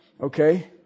Okay